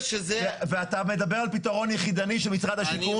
ואתה מדבר על פתרון יחידני של משרד השיכון,